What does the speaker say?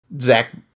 Zach